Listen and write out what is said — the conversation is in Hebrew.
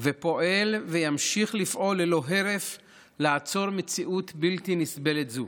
ופועל וימשיך לפעול ללא הרף כדי לעצור את המציאות הבלתי-נסבלת הזו.